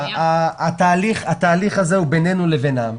התהליך הזה הוא בינינו לבינם.